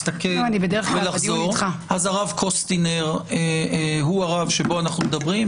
הרב קוסטינר הוא הרב שבו אנו מדברים.